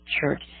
church